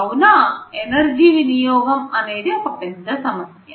కావున ఎనర్జీ వినియోగం అనేది ఒక పెద్ద సమస్య